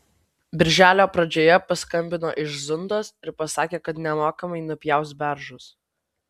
birželio pradžioje paskambino iš zundos ir pasakė kad nemokamai nupjaus beržus